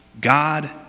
God